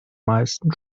meisten